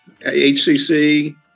HCC